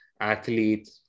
athlete